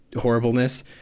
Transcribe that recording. horribleness